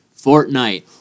Fortnite